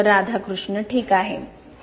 राधाकृष्ण ठीक आहे डॉ